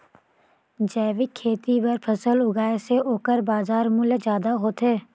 जैविक खेती बर फसल उगाए से ओकर बाजार मूल्य ज्यादा होथे